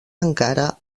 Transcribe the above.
encara